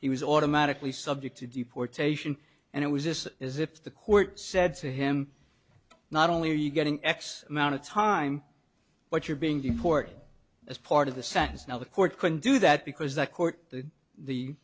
he was automatically subject to deportation and it was this is if the court said to him not only are you getting x amount of time but you're being deported as part of the sentence now the court couldn't do that because that court th